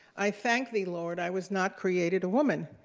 i thank thee, lord, i was not created a woman.